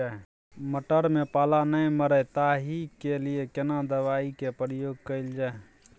मटर में पाला नैय मरे ताहि के लिए केना दवाई के प्रयोग कैल जाए?